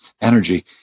energy